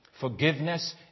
Forgiveness